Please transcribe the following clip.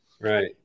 right